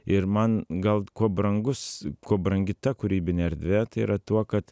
ir man gal kuo brangus kuo brangi ta kūrybinė erdvė tai yra tuo kad